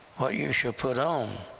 what you shall put on.